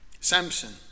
Samson